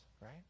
right